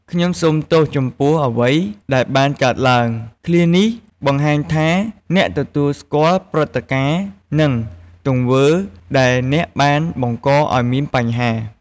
ខ្ញុំសូមទោសចំពោះអ្វីដែលបានកើតឡើង ឃ្លានេះបង្ហាញថាអ្នកទទួលស្គាល់ព្រឹត្តិការណ៍ និងទង្វើដែលអ្នកបានបង្កឱ្យមានបញ្ហា។